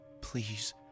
Please